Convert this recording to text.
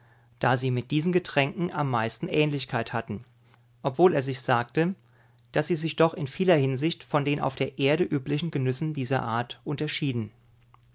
da sie mit diesen getränken am meisten ähnlichkeit hatten obwohl er sich sagte daß sie sich doch in vieler hinsicht von den auf der erde üblichen genüssen dieser art unterschieden